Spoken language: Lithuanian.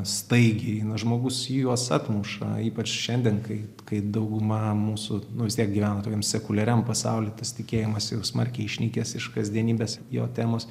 staigiai na žmogus juos atmuša ypač šiandien kai kai dauguma mūsų nu vis tiek gyvenam tokiam sekuliariam pasauly tas tikėjimas jau smarkiai išnykęs iš kasdienybės jo temos